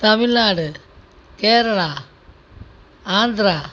Tamil Nadu Kerala Andhra